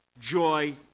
joy